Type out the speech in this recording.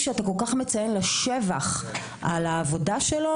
שאתה כל כך מציין לשבח על העבודה שלו,